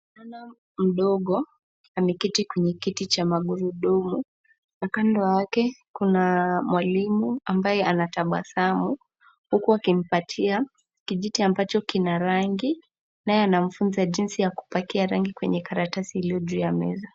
Msichana mdogo ameketi kwenye kiti cha magurudumu na kando yake kuna mwalimu ambaye anatabasamu huku akimpatia kijiti ambacho kina rangi naye anamfunza jinsi ya kupakia rangi kwenye karatasi iliyo juu ya meza.